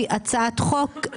הצבעה הרוויזיה לא אושרה.